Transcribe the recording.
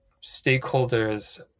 stakeholders